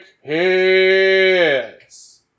hits